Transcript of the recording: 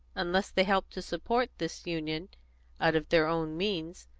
unless they help to support this union out of their own means,